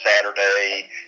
Saturday